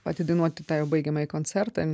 atidainuoti tą jau baigiamąjį koncertą